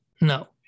No